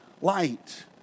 light